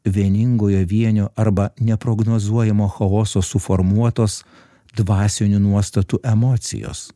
vieningojo vienio arba neprognozuojamo chaoso suformuotos dvasinių nuostatų emocijos